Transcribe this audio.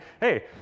hey